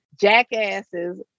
jackasses